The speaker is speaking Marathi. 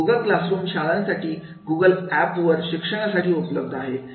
गूगल क्लासरूम शाळांसाठी गूगल एप वर शिक्षणासाठी उपलब्ध आहे